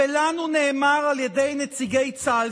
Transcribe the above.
ולנו נאמר על ידי נציגי צה"ל,